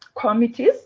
committees